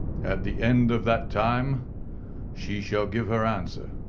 at the end of that time she shall give her answer.